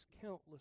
countless